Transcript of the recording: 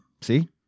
See